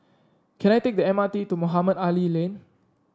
can I take the M R T to Mohamed Ali Lane